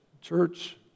church